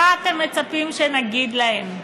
מה אתם מצפים שנגיד להם?